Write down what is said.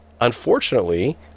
unfortunately